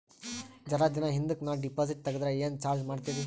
ಜರ ದಿನ ಹಿಂದಕ ನಾ ಡಿಪಾಜಿಟ್ ತಗದ್ರ ಏನ ಚಾರ್ಜ ಮಾಡ್ತೀರಿ?